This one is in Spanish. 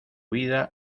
vida